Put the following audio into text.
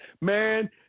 man